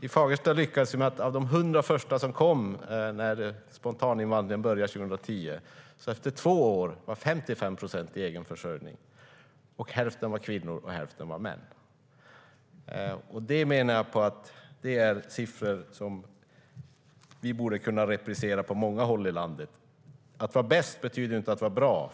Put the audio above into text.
I Fagersta lyckades vi så att 55 procent av de 100 första som kom efter att spontaninvandringen började 2010 efter två år var i egen försörjning. Hälften av dem var kvinnor och hälften män. Detta är siffror som man borde kunna reprisera på många håll i landet. Att vara bäst betyder inte att vara bra.